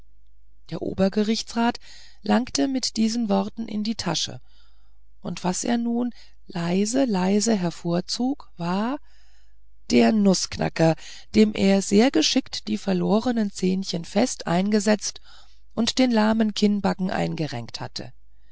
der obergerichtsrat langte mit diesen worten in die tasche und was er nun leise leise hervorzog war der nußknacker dem er sehr geschickt die verlornen zähnchen fest eingesetzt und den lahmen kinnbacken eingerenkt hatte